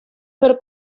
per